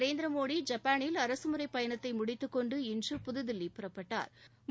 நரேந்திரமோடி ஐப்பாளில் அரசு முறை பயணத்தை முடித்துக்கொண்டு இன்று புதுதில்லி புறப்பட்டா்